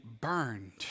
burned